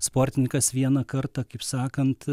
sportininkas vieną kartą kaip sakant